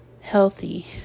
healthy